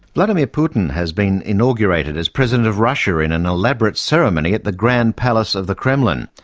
vladimir putin has been inaugurated as president of russia in an elaborate ceremony at the grand palace of the kremlin.